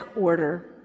order